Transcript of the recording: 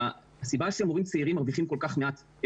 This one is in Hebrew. הסיבה שמורים צעירים מרוויחים כל כך מעט,